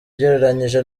ugereranyije